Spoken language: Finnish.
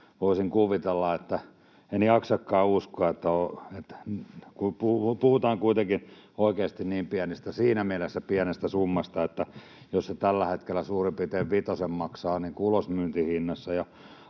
saadaan ihmiset tulemaan sinne. Puhutaan kuitenkin oikeasti niin pienestä summasta — siinä mielessä pienestä summasta, että jos se tällä hetkellä suurin piirtein vitosen maksaa ulosmyyntihinnassa,